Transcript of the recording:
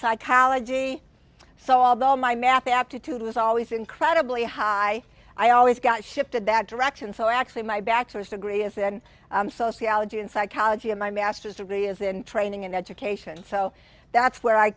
psychology so although my math aptitude was always incredibly high i always got shifted that direction so actually my bachelor's degree is in sociology and psychology and my master's degree is in training and education so that's where i